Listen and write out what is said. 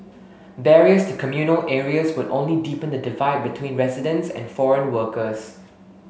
barriers to communal areas would only deepen the divide between residents and foreign workers